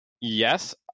yes